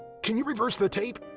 can you reverse the tape?